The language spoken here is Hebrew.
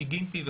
סיגינטי,